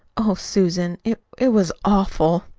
oh, susan, it it was awful!